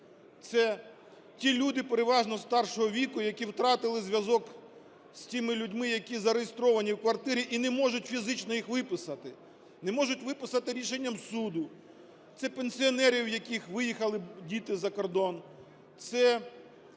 це ті люди, переважно старшого віку, які втратили зв'язок з тими людьми, які зареєстровані в квартирі і не можуть фізично їх виписати, не можуть виписати рішенням суду; це пенсіонери, в яких виїхали діти за кордон; це